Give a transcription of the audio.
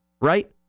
right